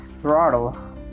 throttle